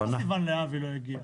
למה סיון להבי לא הגיע?